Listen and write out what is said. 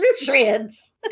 nutrients